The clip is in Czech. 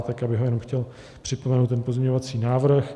Tak já bych chtěl jen připomenout ten pozměňovací návrh.